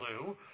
blue